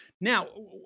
Now